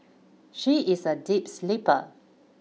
she is a deep sleeper